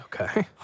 Okay